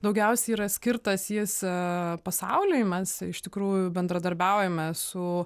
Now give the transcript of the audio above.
daugiausiai yra skirtas tiesa pasauliui mes iš tikrųjų bendradarbiaujame su